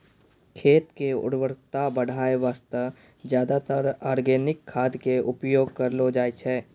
खेत के उर्वरता बढाय वास्तॅ ज्यादातर आर्गेनिक खाद के उपयोग करलो जाय छै